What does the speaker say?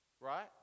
Right